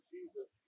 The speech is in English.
Jesus